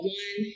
one